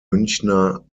münchener